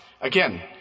Again